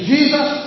Jesus